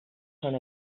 són